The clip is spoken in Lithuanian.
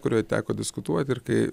kurioj teko diskutuoti ir kai